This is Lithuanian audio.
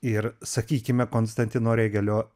ir sakykime konstantino regelio